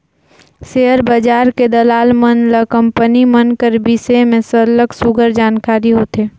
share बजार के दलाल मन ल कंपनी मन कर बिसे में सरलग सुग्घर जानकारी होथे